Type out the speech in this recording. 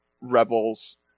rebels